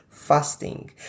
Fasting